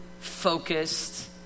focused